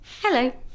Hello